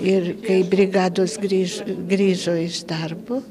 ir kaip brigados grįž grįžo iš darbo